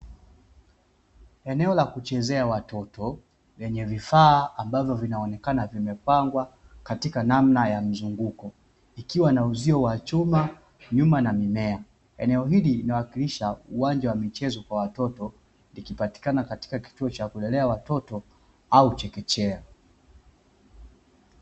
Eneo la kuchezea watoto lenye vifaa ambavyo vinaonekana vimepangwa katika namna ya mzunguko ikiwa na uzio wa chuma nyuma na mimea, eneo hili linawakilisha uwanja wa michezo kwa watoto likipatikana katika kituo cha kulelea watoto au chekechea.